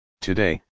Today